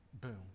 boom